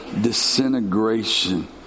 disintegration